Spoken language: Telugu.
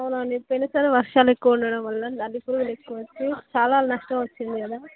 అవునండి పోయిన సారి వర్షాలెక్కువ ఉండడం వల్ల నల్లి పురుగులు ఎక్కువొచ్చాయి చాలా నష్టం వచ్చింది కదా